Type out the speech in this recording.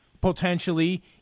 potentially